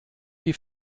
die